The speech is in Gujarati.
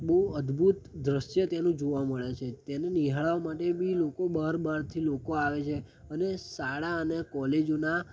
બહુ અદભૂત દૃશ્ય તેનું જોવા મળે છે તેને નિહાળવા માટે બી લોકો બહાર બહારથી લોકો આવે છે અને શાળા અને કોલેજોના